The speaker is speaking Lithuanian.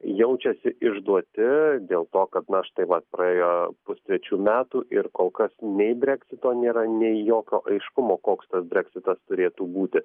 jaučiasi išduoti dėl to kad na štai va praėjo pustrečių metų ir kol kas nei breksito nėra nei jokio aiškumo koks tas breksitas turėtų būti